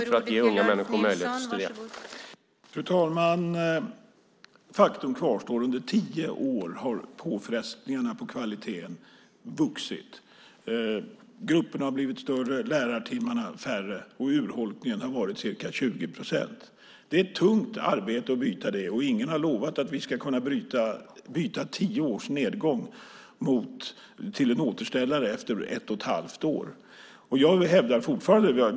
Fru talman! Faktum kvarstår: Under tio år har påfrestningarna på kvaliteten vuxit. Grupperna har blivit större och lärartimmarna färre, och urholkningen har varit ca 20 procent. Det är ett tungt arbete att bryta det, och ingen har lovat att vi ska kunna byta tio års nedgång till en återställare efter ett och ett halvt år.